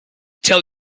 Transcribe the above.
tell